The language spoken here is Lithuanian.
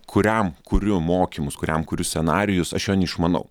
kuriam kuriu mokymus kuriam kuriu scenarijus aš jo neišmanau